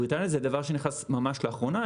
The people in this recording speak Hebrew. בבריטניה זה דבר שנכנס ממש לאחרונה,